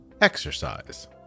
exercise